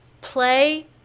Play